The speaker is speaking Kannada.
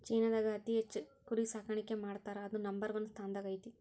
ಚೇನಾದಾಗ ಅತಿ ಹೆಚ್ಚ್ ಕುರಿ ಸಾಕಾಣಿಕೆ ಮಾಡ್ತಾರಾ ಅದು ನಂಬರ್ ಒನ್ ಸ್ಥಾನದಾಗ ಐತಿ